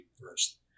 first